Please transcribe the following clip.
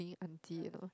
cleaning aunty you know